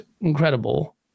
incredible